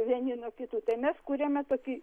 vieni nuo kitų tai mes kuriame tokį